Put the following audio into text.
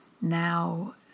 Now